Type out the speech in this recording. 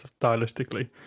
stylistically